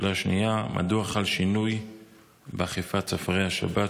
2. מדוע חל שינוי באכיפת צופרי השבת,